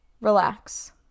relax